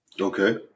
Okay